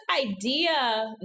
idea